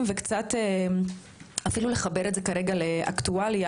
וקצת אפילו לחבר את זה כרגע לאקטואליה.